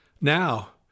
Now